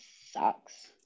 sucks